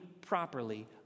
properly